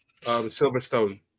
Silverstone